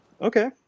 Okay